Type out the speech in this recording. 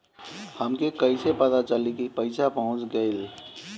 हमके कईसे पता चली कि पैसा पहुच गेल?